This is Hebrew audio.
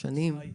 שלהבת